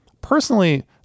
personally